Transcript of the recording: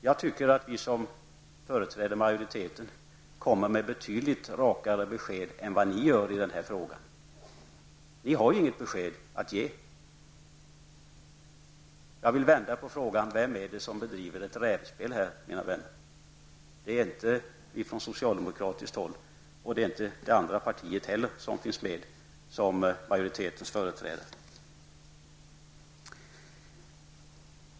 Jag tycker att vi som företräder majoriteten kommer med betydligt rakare besked än vad ni gör i frågan. Ni har ju inget besked att ge. Jag vill vända på frågan. Vem är det som bedriver ett rävspel här, mina vänner? Det är inte vi socialdemokrater och det är inte heller det andra partiet som finns med som majoritetens företrädare.